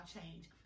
change